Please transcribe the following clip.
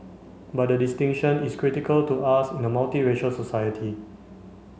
but the distinction is critical to us in a multiracial society